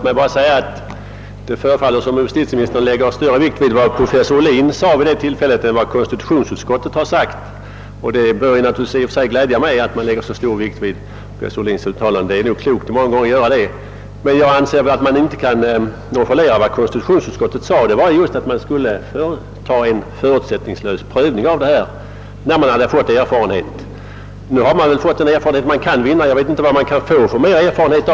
Herr talman! Det förefaller som om justitieministern lägger större vikt vid vad professor Ohlin sade vid nämnda tillfälle än vad konstitutionsutskottet har skrivit. I och för sig gläder det mig naturligtvis att justitieministern lägger så stor vikt vid professor Ohlins uttalande. Det är säkert i regel klokt att göra det. Men jag anser att man inte kan nonchalera vad konstitutionsutskottet då skrev, om att frågan skulle prövas förutsättningslöst när erfarenhet vunnits. Nu har man väl fått den erfarenhet som står att vinna. Jag vet inte vad man kan få för andra erfarenheter.